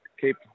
keep